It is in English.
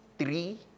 Three